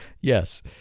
yes